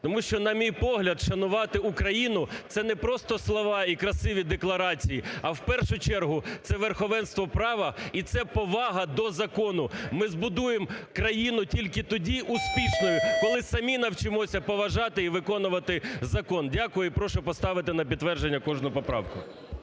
Тому що, на мій погляд, шанувати Україну – це не просто слова і красиві декларації, а в першу чергу це верховенство права і це повага до закону. Ми збудуємо країну тільки тоді успішною, коли самі навчимося поважати і виконувати закон. Дякую і прошу поставити на підтвердження кожну поправку.